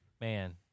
man